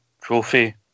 trophy